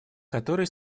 которые